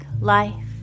life